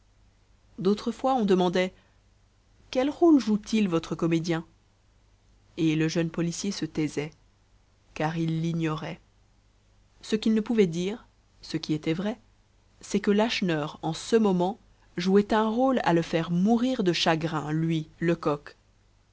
fois on demandait quels rôles joue t il votre comédien et le jeune policier se taisait car il l'ignorait ce qu'il ne pouvait dire ce qui était vrai c'est que lacheneur en ce moment jouait un rôle à le faire mourir de chagrin lui lecoq